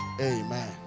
Amen